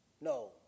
No